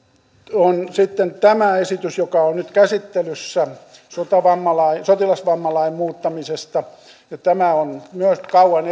on sitten tämä esitys joka on nyt käsittelyssä sotilasvammalain sotilasvammalain muuttamisesta myös tämä on kauan